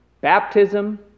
baptism